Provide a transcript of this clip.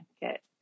get